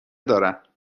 دارم